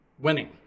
winning